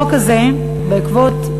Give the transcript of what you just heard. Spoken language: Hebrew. החוק הזה, בעקבות,